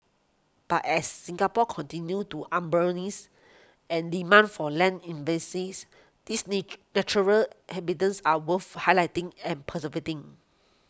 but as Singapore continues to urbanise and demand for land in bases these natural habitats are worth highlighting and preserving